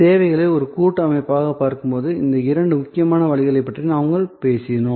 சேவைகளை ஒரு கூட்டு அமைப்பாக பார்க்கும் இந்த இரண்டு முக்கியமான வழிகளைப் பற்றி நாங்கள் பேசினோம்